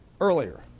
earlier